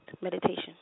Meditation